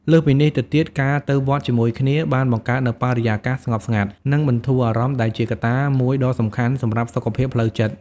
លើសពីនេះទៅទៀត ការទៅវត្តជាមួយគ្នាបានបង្កើតនូវបរិយាកាសស្ងប់ស្ងាត់ និងបន្ធូរអារម្មណ៍ ដែលជាកត្តាមួយដ៏សំខាន់សម្រាប់សុខភាពផ្លូវចិត្ត។